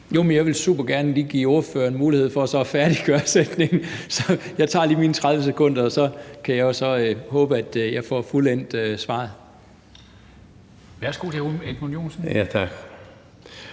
Jeg vil super gerne lige give hr. Edmund Joensen mulighed for at færdiggøre sætningen. Så jeg tager lige mine 30 sekunder, og så kan jeg jo så håbe, at jeg får fuldendt svaret.